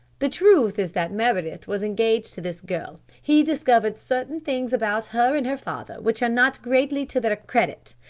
the truth is that meredith was engaged to this girl he discovered certain things about her and her father which are not greatly to their credit.